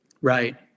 Right